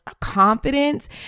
confidence